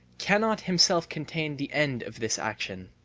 cannot himself contain the end of this action.